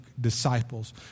disciples